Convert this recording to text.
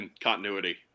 continuity